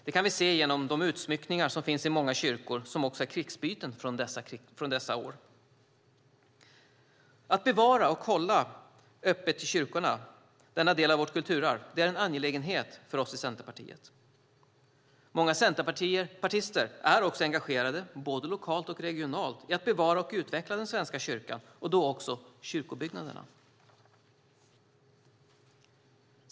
Det kan vi se genom de utsmyckningar som finns i många kyrkor som är krigsbyten från dessa år. Att bevara och hålla kyrkorna öppna - denna del av vårt kulturarv - är en angelägenhet för Centerpartiet. Många centerpartister är också engagerade, både lokalt och regionalt, i att bevara och utveckla den svenska kyrkan och då också kyrkobyggnaderna.